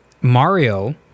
Mario